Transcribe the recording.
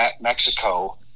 Mexico